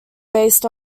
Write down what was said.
based